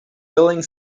billing